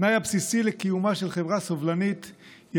התנאי הבסיסי לקיומה של חברה סובלנית הוא